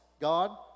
God